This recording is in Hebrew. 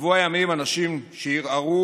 שבוע ימים אנשים שערערו,